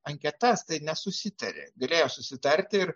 anketas tai nesusitarė galėjo susitarti ir